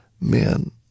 men